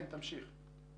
כן, תמשיך.